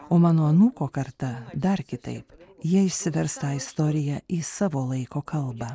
o mano anūko karta dar kitaip jie išsivers tą istoriją į savo laiko kalbą